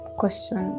question